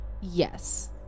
Yes